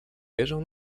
wierzę